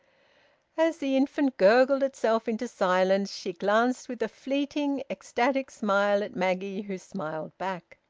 as the infant gurgled itself into silence, she glanced with a fleeting ecstatic smile at maggie, who smiled back.